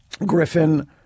Griffin